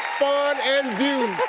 fun, and view!